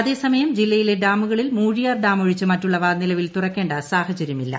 അതേസമയം ജില്ലയിലെ ഡാമുകളിൽ മൂഴിയാർ ്ഡാമൊഴിച്ച് മറ്റുള്ളവ നിലവിൽ തുറക്കേണ്ട സാഹചര്യമില്ല